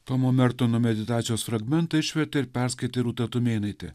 tomo mertono meditacijos fragmentą išvertė ir perskaitė rūta tumėnaitė